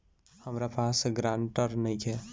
हमरा पास ग्रांटर नइखे?